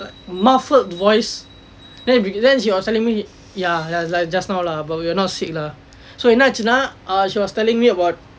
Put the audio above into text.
muffled voice then she was telling me yah like just now lah but we are not sick lah so என்ன ஆச்சு:enna aachsu she was telling me about